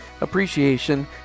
appreciation